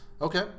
Okay